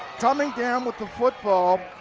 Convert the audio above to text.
coming down with the football,